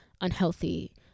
unhealthy